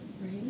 Right